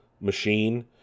machine